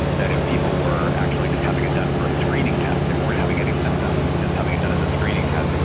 that if people were actually just having it done for a screening test, they weren't having any symptoms, just having it done as a screening test,